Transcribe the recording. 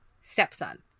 stepson